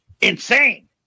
insane